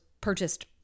purchased